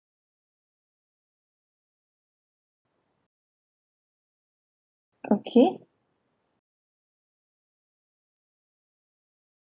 okay